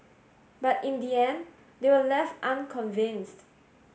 but in the end they were left unconvinced